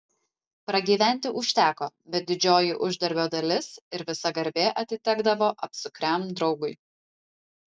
pragyventi užteko bet didžioji uždarbio dalis ir visa garbė atitekdavo apsukriam draugui